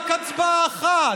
רק הצבעה אחת.